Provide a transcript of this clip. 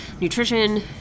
nutrition